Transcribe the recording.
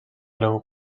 low